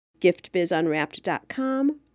giftbizunwrapped.com